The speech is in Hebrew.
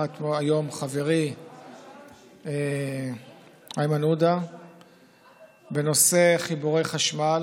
היום חברי איימן עודה בנושא חיבורי חשמל.